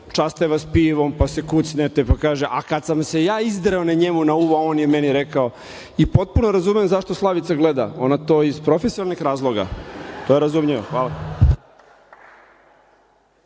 časte pivom, pa se kucnete, pa kažete pa kad sam se ja izdrao na njega, on je meni rekao i potpuno razumem zašto Slavica gleda, ona to iz profesionalnih razloga i to je razumljivo. **Ana